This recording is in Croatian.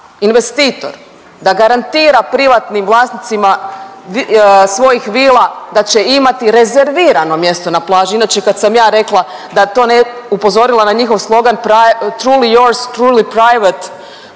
investitor da garantira privatnim vlasnicima svojih vila da će imati rezervirano mjesto na plaži, inače kad sam ja rekla da to ne…, upozorila na njihov slogan…/Govornik se